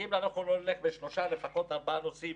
אם אנחנו לא נלך בשלושה-ארבעה נושאים